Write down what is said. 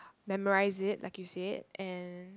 memorise it like you said and